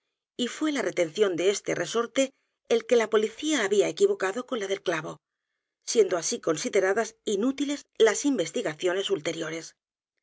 y fué la retención de este resorte el que la p o licía había equivocado con la del clavo siendo así consideradas inútiles las investigaciones ulteriores